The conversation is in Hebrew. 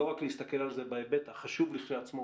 לא רק להסתכל על זה בהיבט החשוב כשלעצמו,